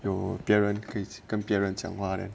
有 baron creative 跟别人讲话的